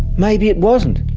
maybe it wasn't.